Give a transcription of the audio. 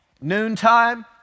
Noontime